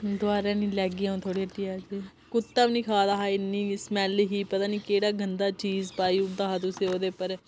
दबारै नी लैगी आ'ऊं थुआढ़ी हट्टिया कुत्ता बी नी खा दा हा इ'न्नी स्मैल्ल ही पता नी केह्ड़ा गंदा चीज पाई ओड़े दा हा तुसें ओह्दे उप्पर